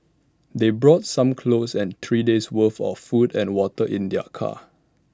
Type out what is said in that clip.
they brought some clothes and three days worth of food and water in their car